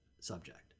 subject